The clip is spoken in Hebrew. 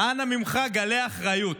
אנא ממך, גלה אחריות.